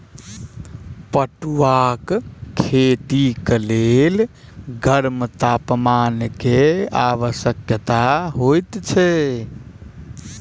पटुआक खेती के लेल गर्म तापमान के आवश्यकता होइत अछि